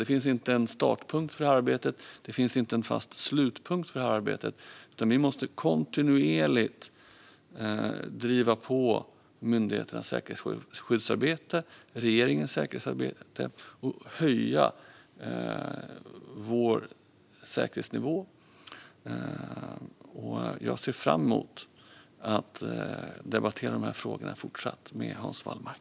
Det finns ingen startpunkt och ingen fast slutpunkt för arbetet, utan vi måste kontinuerligt driva på såväl myndigheternas säkerhetsskyddsarbete som regeringens säkerhetsarbete och höja vår säkerhetsnivå. Jag ser fram emot att fortsätta debattera de här frågorna med Hans Wallmark.